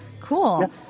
cool